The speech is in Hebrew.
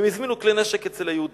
הם הזמינו כלי נשק אצל היהודים,